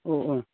O ഓ